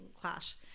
clash